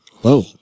Whoa